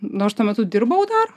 nors tuo metu dirbau dar